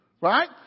Right